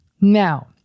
Now